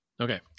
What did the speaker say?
okay